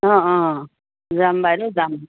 অঁ অঁ যাম বাইদেউ যাম